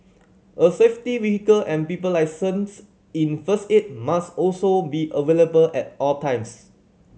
a safety vehicle and people licensed in first aid must also be available at all times